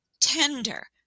tender